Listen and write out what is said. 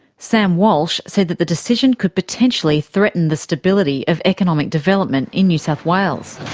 sam walsh said that the decision could potentially threaten the stability of economic development in new south wales.